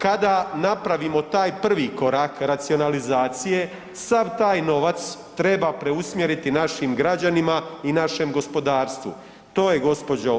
Kada napravimo taj prvi korak racionalizacije, sav taj novac treba preusmjeriti našim građanima i našem gospodarstvu, to je gđo.